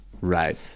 Right